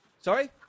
Sorry